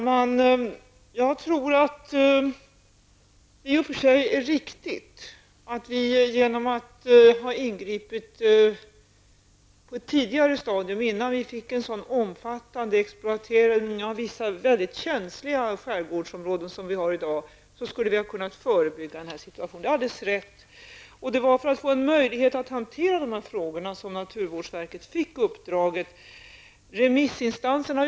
Herr talman! Det är i och för sig riktigt att vi genom att ha ingripit på ett tidigare stadium, innan vi fick en så omfattande exploatering av vissa väldigt känsliga skärgårdsområden, skulle ha kunnat förebygga denna situation. Det var för att få en möjlighet att hantera dessa frågor som naturvårdsverket fick uppdraget. november.